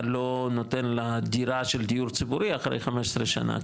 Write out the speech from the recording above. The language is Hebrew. לא נותן לה דירה של דיור ציבורי אחרי 15 שנה,